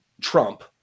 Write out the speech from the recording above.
Trump